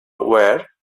war